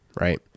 right